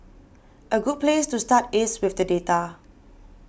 a good place to start is with the data